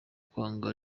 kwanga